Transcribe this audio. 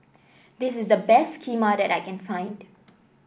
this is the best Kheema that I can find